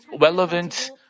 relevant